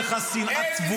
אתה, יש לך שנאה צבועה.